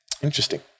Interesting